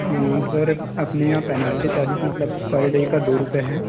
sir अपने यहाँ penalty charges मतलब पर डे का दो रुपए है